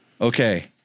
okay